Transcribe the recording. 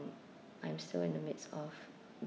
I'm still in the midst of